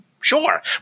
Sure